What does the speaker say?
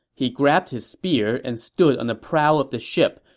he grabbed his spear and stood on the prow of the ship,